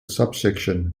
subsection